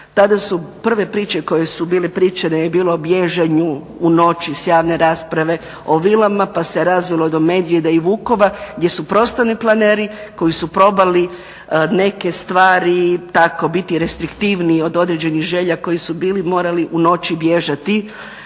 tada su prve priče koje su bile pričane da je bilo o bježanju u noći s javne rasprave o vilama pa se razvilo do medvjeda i vukova gdje su prostorni planeri koji su probali tako neke stvari biti restriktivniji od određenih želja koji su bili morali u noći bježati